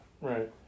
Right